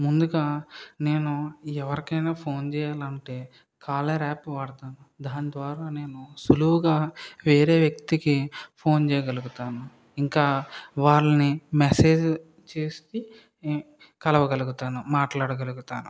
ముందుగా నేను ఎవరికైనా ఫోన్ చెయ్యాలి అంటే కాలర్ యాప్ వాడతాను దాని ద్వారా నేను సులువుగా వేరే వ్యక్తికి ఫోన్ చేయగలుగుతాను ఇంకా వాళ్ళని మెసేజ్ చేస్తూ కలవగలుగుతాను మాట్లాడగలుగుతాను